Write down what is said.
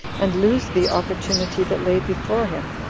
and lose the opportunity that lay before him.